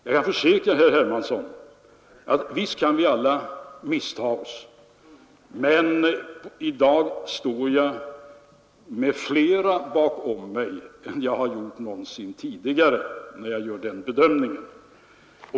Visst kan vi alla misstaga oss, herr Hermansson, men i dag står jag med flera bakom mig än jag gjort tidigare när jag gör den bedömningen.